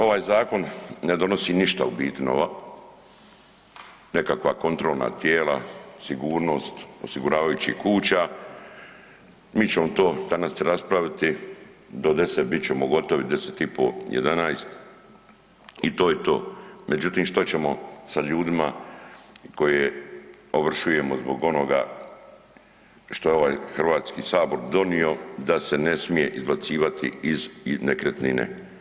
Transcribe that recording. Ovaj zakon ne donosi ništa u biti nova, nekakva kontrolna tijela, sigurnost osiguravajućih kuća, mi ćemo to danas raspraviti do 10,00 bit ćemo gotovi 10,30, 11,00 i to je to, međutim što ćemo sa ljudima koje ovršujemo zbog onoga što je ovaj HS donio da se ne smije izbacivati iz nekretnine.